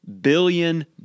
billion